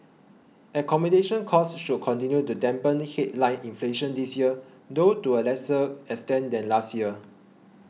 accommodation costs should continue to dampen headline inflation this year though to a lesser extent than last year